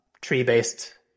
tree-based